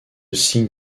signes